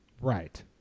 Right